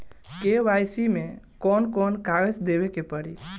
KYC मे कौन कौन कागज देवे के पड़ी?